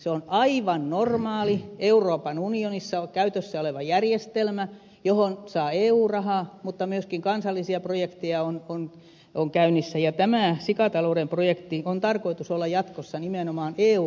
se on aivan normaali euroopan unionissa käytössä oleva järjestelmä johon saa eu rahaa mutta myöskin kansallisia projekteja on käynnissä ja tämän sikatalouden projektin on tarkoitus olla jatkossa nimenomaan eu rahoitusprojekti